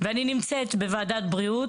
אני נמצאת בוועדת בריאות,